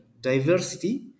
diversity